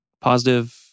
positive